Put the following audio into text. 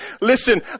listen